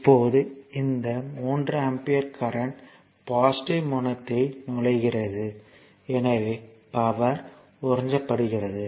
இப்போது இந்த 3 ampere current positive முனையத்தை நுழைகிறது எனவே பவர் உறிஞ்சப்படுகிறது